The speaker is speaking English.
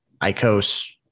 Icos